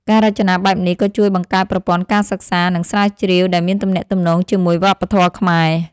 ការរចនាបែបនេះក៏ជួយបង្កើតប្រព័ន្ធការសិក្សា និងស្រាវជ្រាវដែលមានទំនាក់ទំនងជាមួយវប្បធម៌ខ្មែរ